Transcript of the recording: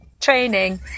training